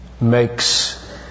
makes